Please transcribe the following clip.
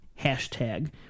hashtag